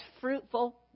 fruitful